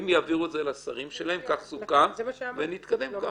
הם יעבירו את זה לשרים שלהם, כך סוכם, ונתקדם ככה.